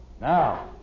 Now